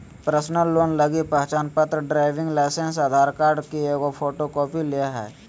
personal loan लगी पहचानपत्र, driving licence, Aadhaar card की एगो फोटोकॉपी ले हइ